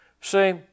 See